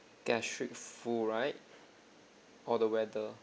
gastric flu right or the weather